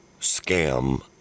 scam